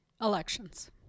Elections